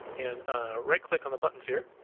and right click on the buttons here,